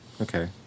Okay